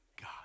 God